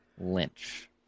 Lynch